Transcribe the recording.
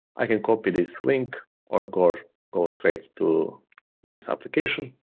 i can copy this link or go go straight to this application.